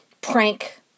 prank